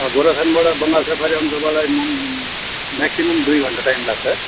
गोरुबथानबाट Bengal safari आउनु तपाईँलाई maximum दुई घण्टा टाइम लाग्छ